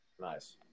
Nice